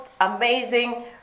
amazing